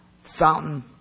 Fountain